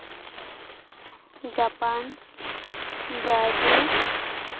Japan Brazil